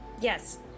Yes